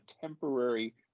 temporary